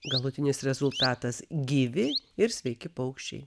galutinis rezultatas gyvi ir sveiki paukščiai